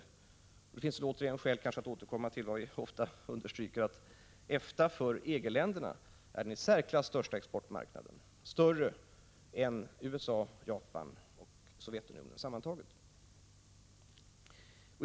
Det finns kanske återigen skäl att återkomma till vad vi ofta understryker, nämligen att EFTA för EG länderna är den i särklass största exportmarknaden, större än USA, Japan och Sovjetunionen sammantagna.